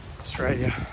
Australia